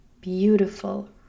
beautiful